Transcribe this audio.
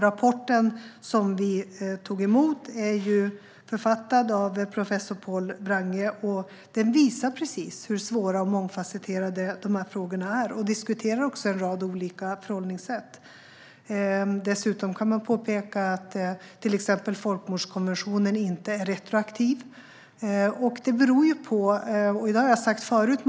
Rapporten är författad av professor Pål Wrange, och den visar hur svåra och mångfasetterade de här frågorna är. Man diskuterar också en rad olika förhållningssätt. Till exempel påpekas det att folkmordskonventionen inte gäller retroaktivt.